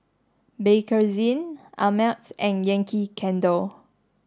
Bakerzin Ameltz and Yankee Candle